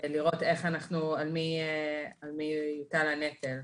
לראות על מי יוטל הנטל.